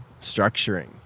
structuring